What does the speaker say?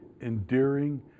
endearing